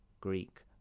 Greek